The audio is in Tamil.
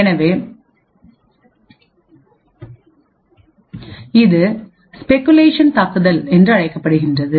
எனவே இது ஸ்பெகுலேஷன் தாக்குதல்கள் என்று அழைக்கப்படுகிறது